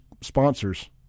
sponsors